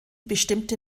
bestimmte